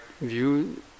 view